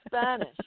Spanish